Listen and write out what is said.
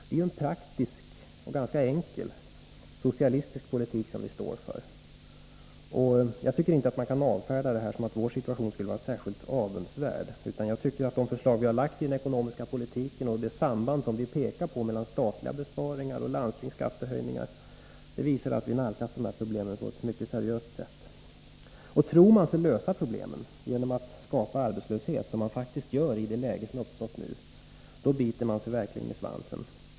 Det är en praktisk och ganska enkel socialistisk politik som vi står för. Jag tycker inte att man kan avfärda detta genom att säga att vår situation skulle vara särskilt avundsvärd, utan jag tycker att de förslag som vi lagt fram när det gäller den ekonomiska politiken och det samband som vi pekar på mellan statliga besparingar och landstingsskattehöjningar visar att vi nalkas dessa problem på ett mycket seriöst sätt. Tror man sig kunna lösa problemen genom att skapa arbetslöshet, vilket man faktiskt gör i det läge som nu uppstått, då biter man sig verkligen i svansen.